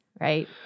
right